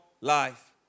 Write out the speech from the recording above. life